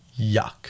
Yuck